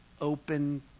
open